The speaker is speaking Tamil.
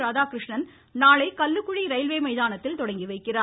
ராதாகிருஷ்ணன் நாளை கல்லுக்குழி ரயில்வே மைதானத்தில் தொடங்கி வைக்கிறார்